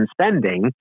spending